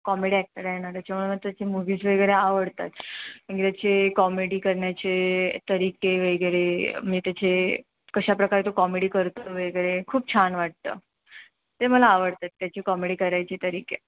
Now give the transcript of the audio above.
comedy actor आहे ना त्याच्यामुळे मग त्याचे मूव्हीज वगैरे आवडतात म्हणजे त्याचे कॉमेडी करण्याचे तरीके वगैरे मी त्याचे कशाप्रकारे तो कॉमेडी करतो वगैरे खूप छान वाटतं ते मला आवडतात त्याची कॉमेडी करायचे तरीके